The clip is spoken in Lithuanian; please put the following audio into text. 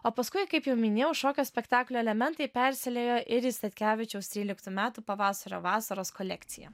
o paskui kaip jau minėjau šokio spektaklio elementai persiliejo ir į statkevičiaus tryliktų metų pavasario vasaros kolekciją